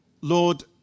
Lord